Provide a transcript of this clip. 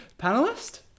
panelist